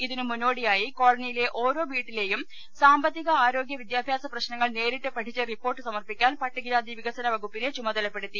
ഇതിനു മുന്നോടിയായി കോളനിയിലെ ഓരോ വീട്ടിലെയും സാമ്പത്തിക ആരോഗൃ വിദ്യാഭ്യാസ പ്രശ്നങ്ങൾ നേരിട്ട് പഠിച്ച് റിപ്പോർട്ട് സമർപ്പിക്കാൻ പട്ടികജാതി വികസ്തു വകുപ്പിനെ ചുമതലപ്പെടുത്തി